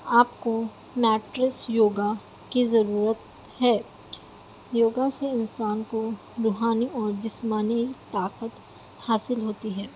آپ کو میٹریس یوگا کی ضرورت ہے یوگا سے انسان کو روحانی اور جسمانی طاقت حاصل ہوتی ہے